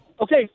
Okay